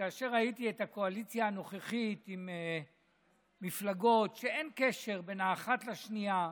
כאשר ראיתי את הקואליציה הנוכחית עם מפלגות שאין קשר בין האחת לשנייה,